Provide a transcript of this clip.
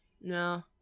no